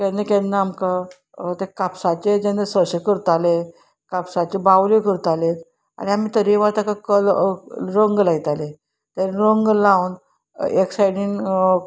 केन्ना केन्ना आमकां ते कापसाचे जेन्ना सोशें करताले कापसाच्यो बावल्यो करताले आनी आमी तरेकवार ताका कलर रंग लायताले ते रंग लावन एक सायडीन